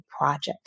project